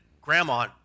Grandma